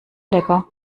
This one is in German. lecker